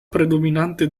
predominante